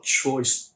choice